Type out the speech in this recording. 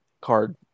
Card